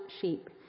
sheep